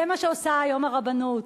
זה מה שעושה היום הרבנות.